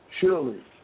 Surely